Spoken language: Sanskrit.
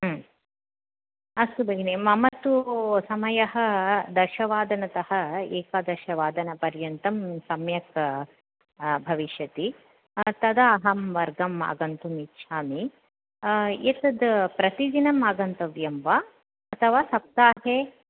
अस्तु भगिनि मम तु समयः दशवादनतः एकादशवादनपर्यन्तं सम्यक् भविष्यति तदा अहं वर्गम् आगन्तुम् इच्छामि एतद् प्रतिदिनम् आगन्तव्यं वा अथवा सप्ताहे